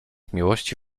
miłości